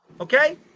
Okay